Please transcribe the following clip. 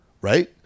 right